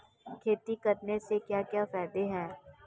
खेती करने से क्या क्या फायदे हैं?